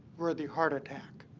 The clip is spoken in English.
were the heart attack.